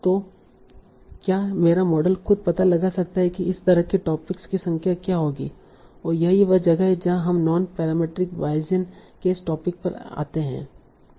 तो क्या मेरा मॉडल खुद पता लगा सकता है कि इस तरह के टॉपिक्स की संख्या क्या होगी और यही वह जगह है जहां हम नॉन पैरामीट्रिक बायेसियन के इस टोपिक पर आते हैं